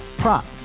Prop